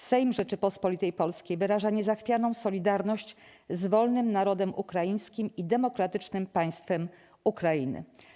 Sejm Rzeczypospolitej Polskiej wyraża niezachwianą solidarność z wolnym narodem ukraińskim i demokratycznym państwem Ukrainy˝